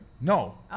No